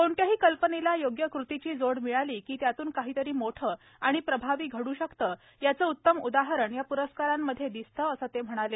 कोणत्याही कल्पनेला योग्य कृतीची जोड मिळाली की त्यातून काहीतरी मोठं आणि प्रभावी घड् शकतं याचं उत्तम उदाहरण या प्रस्कारांमधे दिसतं असं ते म्हणाले